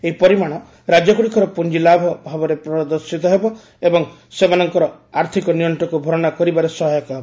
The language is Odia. ଏହି ପରିମାଣ ରାଜ୍ୟଗୁଡିକର ପୁଞ୍ଜ ଲାଭ ଭାବରେ ପ୍ରଦର୍ଶିତ ହେବ ଏବଂ ସେମାନଙ୍କର ଆର୍ଥିକ ନିଅକ୍ଟକୁ ଭରଣା କରିବାରେ ସହାୟକ ହେବ